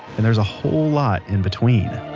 and there's a whole lot in between